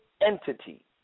entity